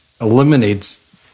eliminates